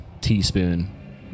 teaspoon